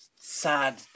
sad